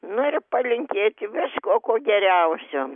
nu ir palinkėti visko ko geriausio